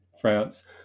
France